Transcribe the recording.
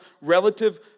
relative